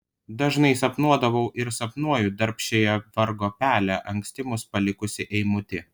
dažnai sapnuodavau ir sapnuoju darbščiąją vargo pelę anksti mus palikusį eimutį